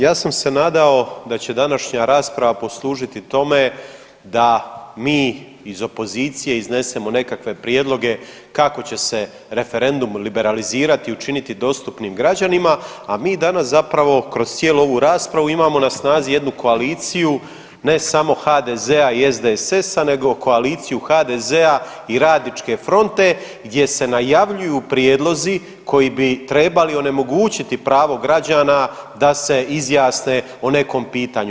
Ja sam se nadao da će današnja rasprava poslužiti tome da mi iz opozicije iznesemo nekakve prijedloge kako će se referendum liberalizirati, učiniti dostupnim građanima, a mi danas zapravo kroz cijelu ovu raspravu imamo na snazi jednu koaliciju, ne samo HDZ-a i SDSS-a, nego koaliciju HDZ-a i Radničke fronte gdje se najavljuju prijedlozi koji bi trebali onemogućiti pravo građana da se izjasne o nekom pitanju.